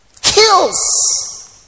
kills